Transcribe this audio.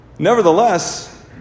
Nevertheless